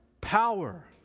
Power